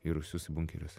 į rūsius į bunkerius